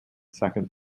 second